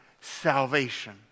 salvation